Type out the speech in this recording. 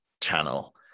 channel